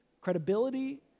credibility